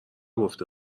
گفته